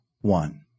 one